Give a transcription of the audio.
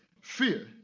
fear